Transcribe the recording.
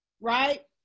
right